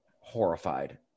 horrified